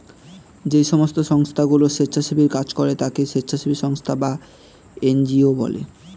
যেই সমস্ত সংস্থাগুলো স্বেচ্ছাসেবীর কাজ করে তাকে স্বেচ্ছাসেবী সংস্থা বা এন জি ও বলে